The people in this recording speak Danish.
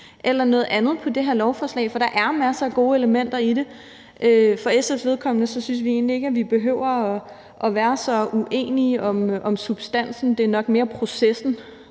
eller noget andet til det her lovforslag, for der er masser af gode elementer i det. For SF's vedkommende synes vi egentlig ikke, at vi behøver at være så uenige om substansen. Det er nok mere processen,